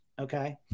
Okay